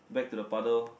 back to the paddle